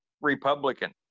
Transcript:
Republican